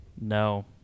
No